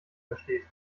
versteht